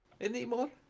anymore